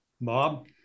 Bob